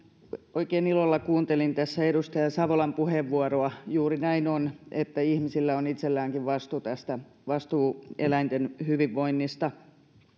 oikein ilolla kuuntelin tässä edustaja savolan puheenvuoroa juuri näin on että ihmisillä on itselläänkin vastuu tästä vastuu eläinten hyvinvoinnista